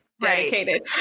dedicated